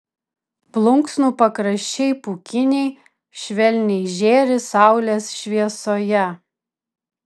plunksnų pakraščiai pūkiniai švelniai žėri saulės šviesoje